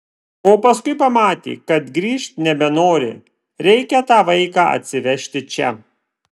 o paskui pamatė kad grįžt nebenori reikia tą vaiką atsivežti čia